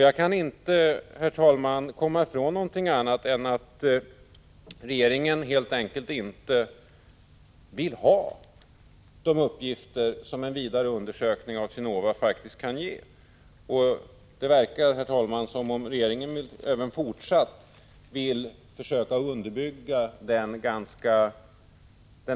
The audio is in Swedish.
Jag kan inte, herr talman, se annat än att regeringen helt enkelt inte vill ha de uppgifter som en vidare undersökning från SINOVA:s sida faktiskt skulle kunna ge. Det verkar som om regeringen även i fortsättningen vill underbygga den